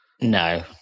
No